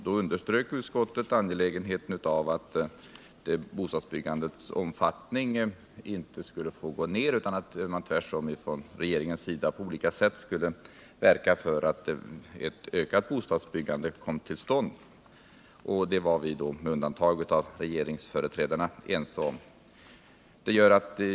Då underströk utskottet det angelägna i att bostadsbyggandets omfattning inte skulle gå ned utan att regeringen på olika sätt skulle verka för ett ökat bostadsbyggande. Det var vi med undantag av regeringsföreträdarna ense om.